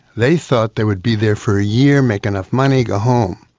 they thought they would be there for a year, make enough money, go home.